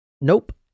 Nope